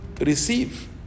receive